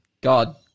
God